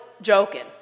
joking